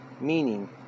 meaning